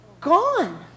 gone